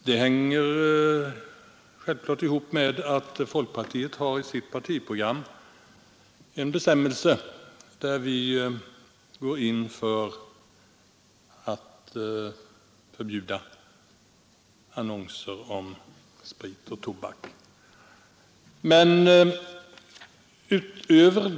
Detta sammanhänger självfallet med att folkpartiet i sitt partiprogram har en bestämmelse, i vilken vi går in för att förbjuda annonser om sprit och tobak.